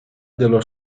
dello